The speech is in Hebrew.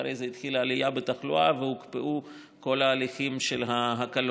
אחרי זה התחילה עלייה בתחלואה והוקפאו כל ההליכים של ההקלות.